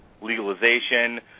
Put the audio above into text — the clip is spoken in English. legalization